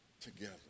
together